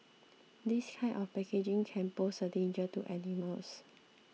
this kind of packaging can pose a danger to animals